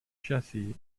jessie